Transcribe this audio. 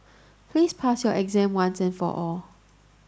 please pass your exam once and for all